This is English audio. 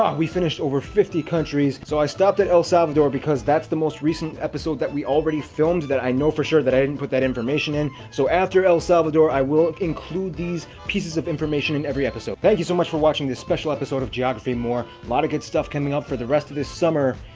ah we finished over fifty countries. so, i stopped at el salvador because that's the most recent episode that we already filmed that i know for sure that i didn't put that information in. so, after el salvador, i will include these pieces of information in every episode. thank you so much for watching this special episode of geography more. lot of good stuff coming up for the rest of this summer.